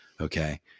okay